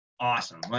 Awesome